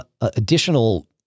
additional